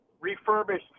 refurbished